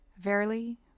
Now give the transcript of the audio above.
Verily